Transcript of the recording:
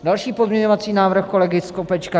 Další pozměňovací návrh kolegy Skopečka 4822.